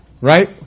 Right